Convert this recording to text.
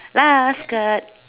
last card